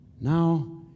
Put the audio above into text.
now